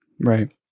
Right